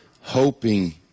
hoping